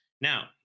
Now